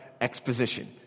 exposition